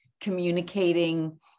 communicating